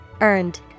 Earned